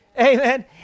Amen